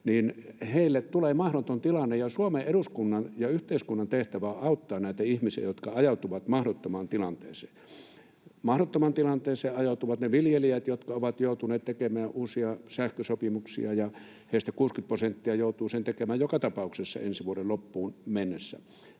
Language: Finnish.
Heille tulee mahdoton tilanne, ja Suomen eduskunnan ja yhteiskunnan tehtävä on auttaa näitä ihmisiä, jotka ajautuvat mahdottomaan tilanteeseen. Mahdottomaan tilanteeseen ajautuvat ne viljelijät, jotka ovat joutuneet tekemään uusia sähkösopimuksia, ja heistä 60 prosenttia joutuu sen tekemään joka tapauksessa ensi vuoden loppuun mennessä.